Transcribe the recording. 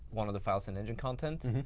one of the files in engine content,